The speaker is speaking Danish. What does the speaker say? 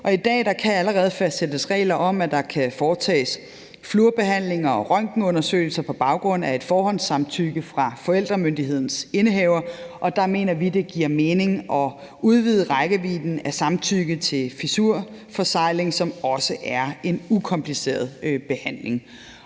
I dag kan der allerede fastsættes regler om, at der kan foretages fluorbehandlinger og røntgenundersøgelser på baggrund af et forhåndssamtykke fra forældremyndighedens indehaver, og der mener vi, det giver mening at udvide rækkevidden af samtykke til fissurforsegling, som også er en ukompliceret behandling.